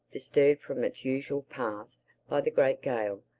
disturbed from its usual paths by the great gale,